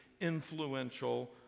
influential